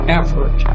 effort